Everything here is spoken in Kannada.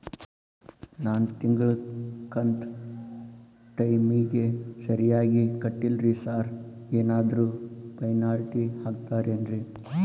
ನಾನು ತಿಂಗ್ಳ ಕಂತ್ ಟೈಮಿಗ್ ಸರಿಗೆ ಕಟ್ಟಿಲ್ರಿ ಸಾರ್ ಏನಾದ್ರು ಪೆನಾಲ್ಟಿ ಹಾಕ್ತಿರೆನ್ರಿ?